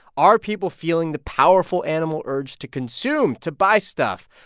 are people feeling the powerful animal urge to consume, to buy stuff?